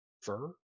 fur